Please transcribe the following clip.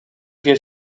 wir